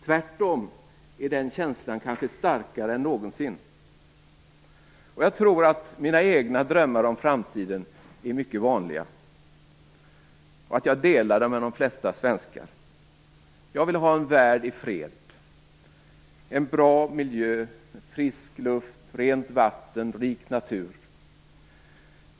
Tvärtom är den känslan kanske starkare än någonsin. Jag tror att mina egna drömmar om framtiden är mycket vanliga och att jag delar dem med de flesta svenskar. Jag vill har en värld i fred och en bra miljö med frisk luft, rent vatten och rik natur.